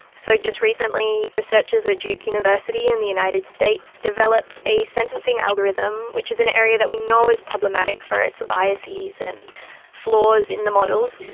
so just recently, researchers at duke university in the united states developed a sentencing algorithm which is an area that we know is problematic for its biases and flaws in the models,